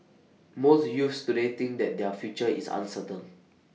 most youths today think that their future is uncertain